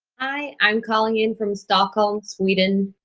i'm calling in from stockholm, sweden.